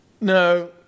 No